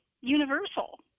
universal